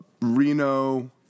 Reno